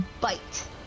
bite